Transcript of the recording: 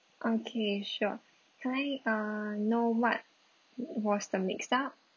okay sure can I uh know what was the mixed up